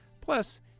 Plus